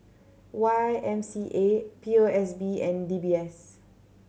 Y M C A P O S B and D B S